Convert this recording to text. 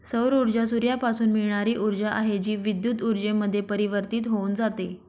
सौर ऊर्जा सूर्यापासून मिळणारी ऊर्जा आहे, जी विद्युत ऊर्जेमध्ये परिवर्तित होऊन जाते